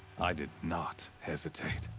i did not hesitate.